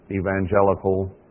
evangelical